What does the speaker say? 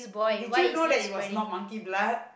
did you know that he was not monkey blood